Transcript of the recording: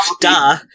Duh